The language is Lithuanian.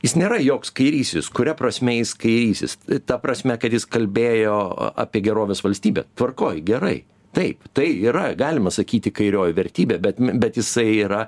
jis nėra joks kairysis kuria prasme jis kairysis ta prasme kad jis kalbėjo apie gerovės valstybę tvarkoj gerai taip tai yra galima sakyti kairioji vertybė bet bet jisai yra